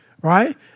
right